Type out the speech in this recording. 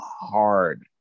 hard